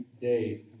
day